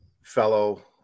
fellow